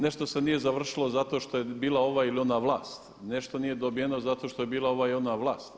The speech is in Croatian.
Nešto se nije završilo zato što je bila ova ili ona vlast, nešto nije dobiveno zato što je bila ova i ona vlast.